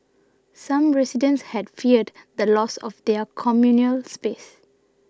some residents had feared the loss of their communal space